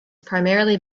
primarily